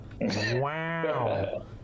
wow